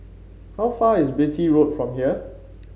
how far is Beatty Road from here